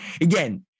Again